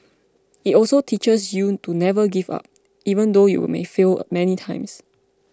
it also teaches you to never give up even though you may fail many times